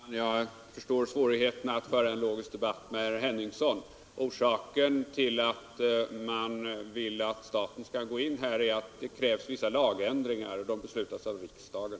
Herr talman! Jag förstår svårigheten att föra en logisk debatt med herr Henningsson. Orsaken till att man vill att staten skall gå in här är att det krävs vissa lagändringar, och de beslutas av riksdagen.